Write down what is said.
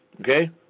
Okay